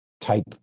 type